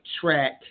track